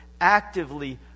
actively